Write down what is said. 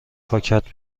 پاکت